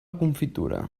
confitura